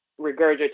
regurgitate